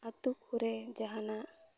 ᱟᱛᱩ ᱠᱚᱨᱮ ᱡᱟᱦᱟᱱᱟᱜ